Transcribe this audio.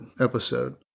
episode